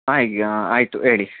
ಆಂ ಈಗ ಆಯಿತು ಹೇಳಿ